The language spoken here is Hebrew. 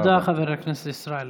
תודה, חבר הכנסת ישראל אייכלר.